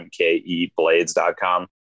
mkeblades.com